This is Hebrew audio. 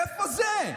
איפה זה?